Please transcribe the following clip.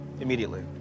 immediately